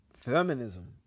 feminism